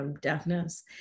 deafness